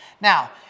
Now